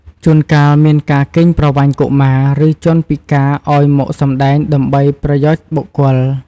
ជួនកាលមានការកេងប្រវ័ញ្ចកុមារ ឬជនពិការឱ្យមកសម្ដែងដើម្បីប្រយោជន៍បុគ្គល។